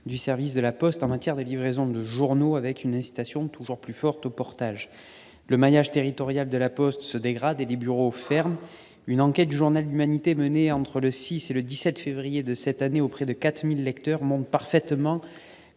du service de La Poste en matière de livraison de journaux, avec une incitation toujours plus forte au portage. Le maillage territorial de La Poste se dégrade et les bureaux ferment. Une enquête du journal, menée entre le 6 février et le 17 février de cette année, auprès de 4 000 lecteurs, monte parfaitement